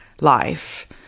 life